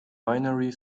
binary